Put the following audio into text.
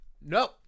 No